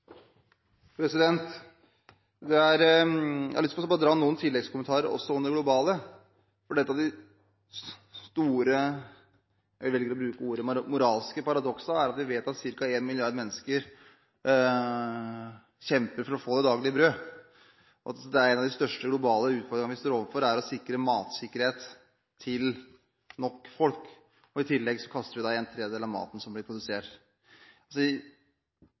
Jeg har lyst til bare å komme med noen tilleggskommentarer også om det globale, for et av de store – jeg velger å bruke ordet «moralske» – paradokser er at vi vet at ca. en milliard mennesker kjemper for å få det daglige brød, og at en av de største globale utfordringene vi står overfor, er å sikre matsikkerhet til nok folk. I tillegg kaster vi en tredjedel av maten som blir produsert.